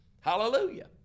Hallelujah